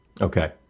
Okay